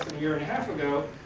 year and a half ago,